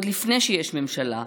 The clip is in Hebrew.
עוד לפני שיש ממשלה.